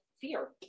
fear